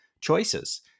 choices